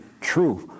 truth